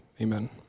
Amen